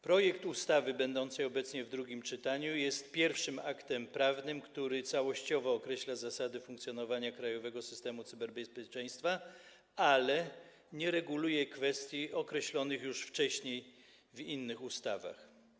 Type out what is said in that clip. Projekt ustawy będącej obecnie w drugim czytaniu jest pierwszym aktem prawnym, który całościowo określa zasady funkcjonowania krajowego systemu cyberbezpieczeństwa, ale nie reguluje kwestii określonych już wcześniej w innych ustawach.